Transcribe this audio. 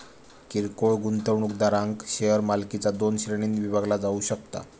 किरकोळ गुंतवणूकदारांक शेअर मालकीचा दोन श्रेणींत विभागला जाऊ शकता